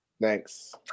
Thanks